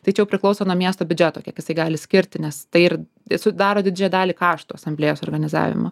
tai čia jau priklauso nuo miesto biudžeto kiek jisai gali skirti nes tai ir sudaro didžiąją dalį kraštų asamblėjos organizavimo